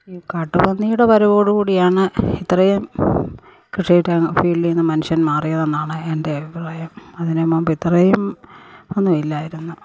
ഈ കാട്ടുപന്നിയുടെ വരവോടുകൂടിയാണ് ഇത്രയും കൃഷിയുടെ ഫീൽഡിൽ നിന്ന് മനുഷ്യൻ മാറിയതെന്നാണ് എൻ്റെ അഭിപ്രായം അതിന് മുൻപ് ഇത്രെയും ഒന്നും ഇല്ലായിരുന്നു